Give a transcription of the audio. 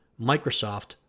Microsoft